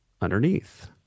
underneath